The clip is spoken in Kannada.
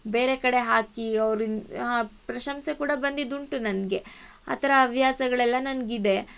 ಬೇರೆ ಕಡೆ ಹಾಕಿ ಅವ್ರಿಂದ ಪ್ರಶಂಸೆ ಕೂಡ ಬಂದಿದ್ದುಂಟು ನನಗೆ ಆ ಥರ ಹವ್ಯಾಸಗಳೆಲ್ಲ ನನಗಿದೆ